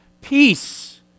Peace